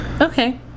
Okay